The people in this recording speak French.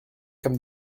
comme